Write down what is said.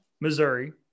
Missouri